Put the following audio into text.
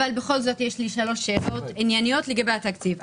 אבל בכל זאת יש לי שלוש שאלות ענייניות לגבי התקציב.